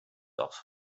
off